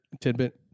tidbit